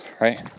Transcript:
Right